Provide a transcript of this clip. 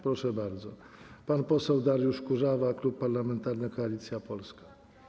Proszę bardzo, pan poseł Dariusz Kurzawa, Klub Parlamentarny Koalicja Polska.